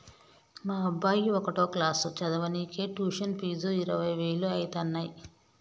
మా అబ్బాయి ఒకటో క్లాసు చదవనీకే ట్యుషన్ ఫీజు ఇరవై వేలు అయితన్నయ్యి